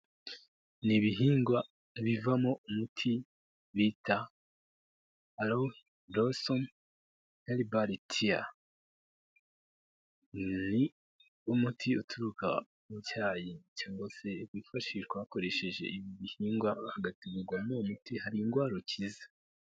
Ni ibihingwa bivamo umuti bita Aloe Blossom Herbal tea, niwo muti uturuka mu cyayi, cyangwa se wifashishwa hakoreshejwe ibihingwa hagatunganywamo uwo muti, hari indwara ukiza.